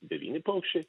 devyni paukščiai